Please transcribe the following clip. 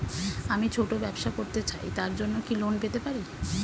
আমি ছোট ব্যবসা করতে চাই তার জন্য কি লোন পেতে পারি?